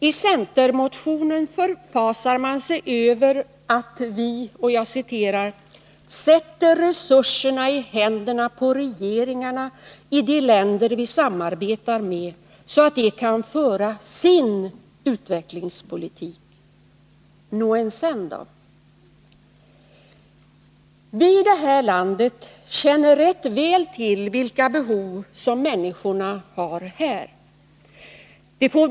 I centermotionen förfasar man sig över att vi ”sätter resurserna i händerna på regeringarna i de länder vi samarbetar med, så att de kan föra sin utvecklingspolitik”. Nå, än sen då? Vi i Sverige känner ganska väl till vilka behov som människorna här i landet har.